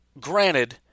granted